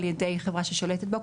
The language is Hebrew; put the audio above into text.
או על ידי חברה ששולטת בו,